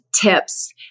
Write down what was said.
tips